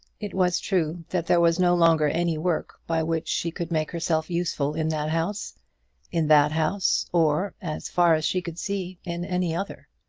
it was true that there was no longer any work by which she could make herself useful in that house in that house, or, as far as she could see, in any other.